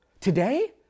today